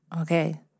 okay